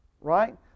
Right